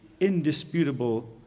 indisputable